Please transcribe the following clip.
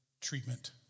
treatment